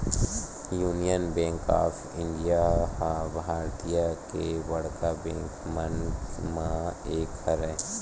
union Bank of India ह भारतीय के बड़का बेंक मन म एक हरय